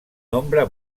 nombre